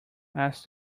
asked